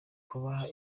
kubaha